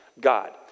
God